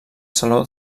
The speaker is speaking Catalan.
saló